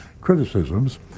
criticisms